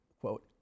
quote